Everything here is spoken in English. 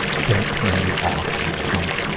don't turn you off from,